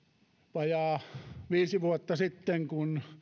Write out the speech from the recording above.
vajaa viisi vuotta sitten kun